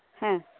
ᱦᱮᱸ